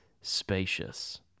spacious